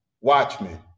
Watchmen